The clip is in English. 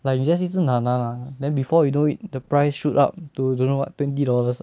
like 你 just 一直拿拿拿 then before you know it the price shoot up to don't know what twenty dollars ah